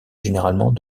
généralement